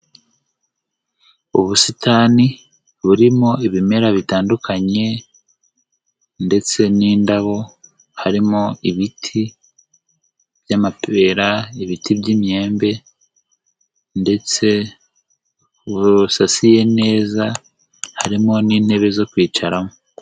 Ubusitani burimo ibimera bitandukanye ndetse n'indabo, harimo ibiti by'amapera, ibiti by'imyembe ndetse busasiye neza, harimo n'intebe zo kwicaramo.